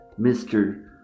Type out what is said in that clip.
Mr